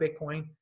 Bitcoin